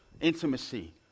intimacy